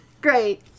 great